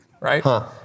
right